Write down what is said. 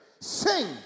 sing